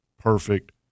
perfect